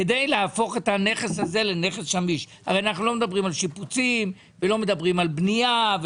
אנחנו לא מדברים על שיפוצים, בנייה או